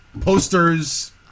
Posters